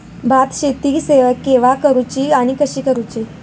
भात शेती केवा करूची आणि कशी करुची?